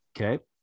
Okay